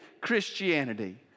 Christianity